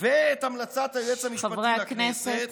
ואת המלצת היועץ המשפטי לכנסת, חברי הכנסת,